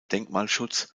denkmalschutz